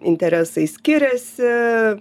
interesai skiriasi